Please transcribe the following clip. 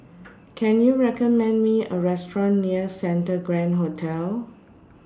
Can YOU recommend Me A Restaurant near Santa Grand Hotel